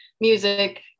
music